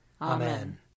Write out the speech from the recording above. Amen